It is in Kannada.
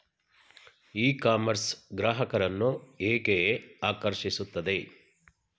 ಇ ಕಾಮರ್ಸ್ ಗ್ರಾಹಕರನ್ನು ಹೇಗೆ ಆಕರ್ಷಿಸುತ್ತದೆ?